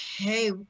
okay